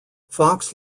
fox